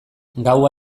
gaua